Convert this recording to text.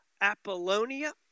Apollonia